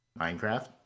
Minecraft